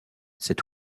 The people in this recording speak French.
cet